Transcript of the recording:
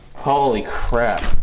holy crap,